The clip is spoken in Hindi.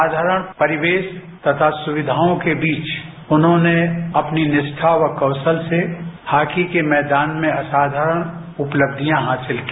साधारण परिवेश तथा सुविधाओं के बीच उन्होंने अपनी निष्ठा व कौशल से हॉकी के मैदान में असाधारण उपलब्धियां हासिल की